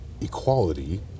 equality